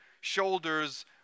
shoulders